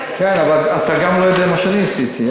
כן, אבל אתה גם לא יודע מה שאני עשיתי.